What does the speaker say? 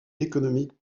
économique